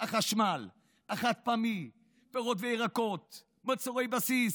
החשמל, החד-פעמי, פירות וירקות, מוצרי בסיס,